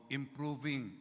improving